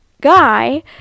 guy